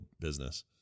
business